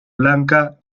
blanca